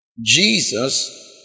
Jesus